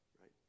right